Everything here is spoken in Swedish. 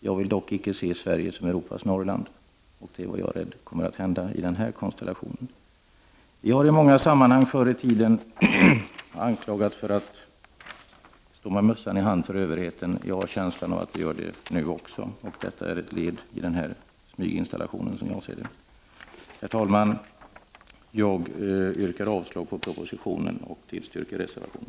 Jag vill dock icke se Sverige som Europas Norrland — och jag är rädd att det kommer att hända i den här konstellationen. Vi har i många sammanhang förr i tiden anklagats för att stå med mössan i hand för överheten. Jag har en känsla av att vi gör det nu också, och det är ett led i den här smyginstallationen, som jag ser det. Herr talman! Jag yrkar bifall till reservationen och därmed avslag på propositionen.